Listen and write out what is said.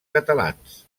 catalans